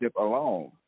alone